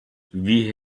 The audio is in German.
wie